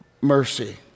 mercy